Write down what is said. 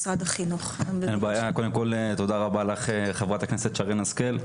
תודה רבה לך חברת הכנסת שרן השכל.